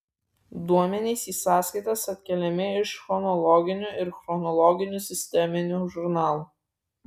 duomenys į sąskaitas atkeliami iš chronologinių ir chronologinių sisteminių žurnalų